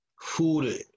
food